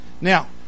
Now